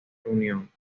reunión